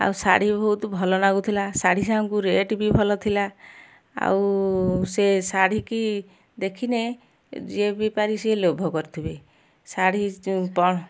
ଆଉ ଶାଢ଼ୀ ବହୁତ ଭଲ ଲାଗୁଥିଲା ଶାଢ଼ୀ ସାଙ୍ଗ କୁ ରେଟ ବି ଭଲ ଥିଲା ଆଉ ସେ ଶାଢ଼ୀ କି ଦେଖିନେ ଯିଏ ବି ପାରି ସିଏ ଲୋଭ କରିଥିବେ ଶାଢ଼ୀ ଯେଉଁ ପଣତ